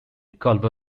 culver